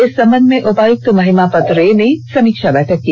इस संबंध में उपायुक्त महिमापत रे ने समीक्षा बैठक की